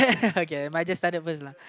okay I just started first lah